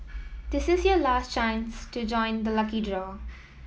this is your last chance to join the lucky draw